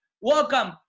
Welcome